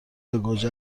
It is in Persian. گوجه